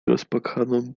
rozpłakaną